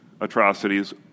atrocities